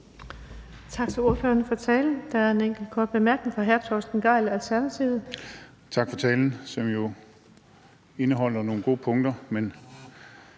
Tak for talen, som jo indeholder nogle gode punkter, men